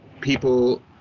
People